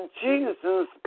jesus